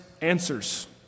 answers